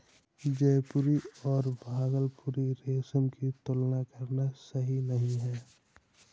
जयपुरी और भागलपुरी रेशम की तुलना करना सही नही है